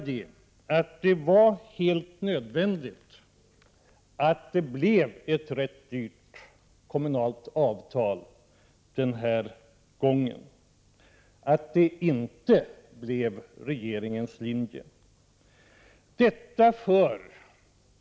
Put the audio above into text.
Det var helt nödvändigt att det blev ett rätt dyrt kommunalt avtal den här gången, att det inte blev regeringens linje som gällde.